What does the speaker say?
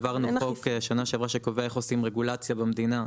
העברנו חוק בשנה שעברה שקובע איך עושים רגולציה במדינה.